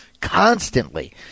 constantly